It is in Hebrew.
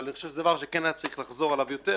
אבל אני חושב שזה דבר שהיה צריך לחזור עליו יותר,